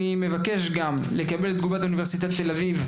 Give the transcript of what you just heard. אני מבקש גם לקבל גם את תגובת אוניברסיטת תל אביב,